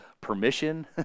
permission